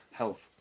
Health